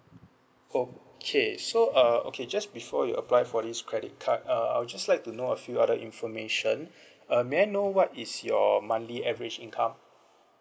okay so uh okay just before you apply for this credit card uh I'll just like to know a few other information uh may I know what is your monthly average income